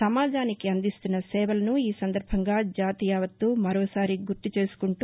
సమాజానికి అందిస్తున్న సేవలను ఈ సందర్భంగా జాతి యావత్తూ మరోసారి గుర్త చేసుకుంటూ